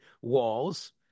walls